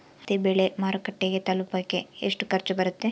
ಹತ್ತಿ ಬೆಳೆ ಮಾರುಕಟ್ಟೆಗೆ ತಲುಪಕೆ ಎಷ್ಟು ಖರ್ಚು ಬರುತ್ತೆ?